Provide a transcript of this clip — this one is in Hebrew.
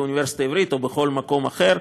באוניברסיטה העברית או בכל מקום אחר.